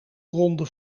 ronde